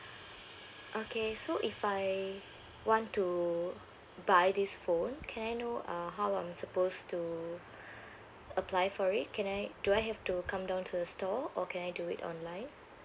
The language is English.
okay so if I want to buy this phone can I know uh how I'm suppose to apply for it can I do I have to come down to the store or can I do it online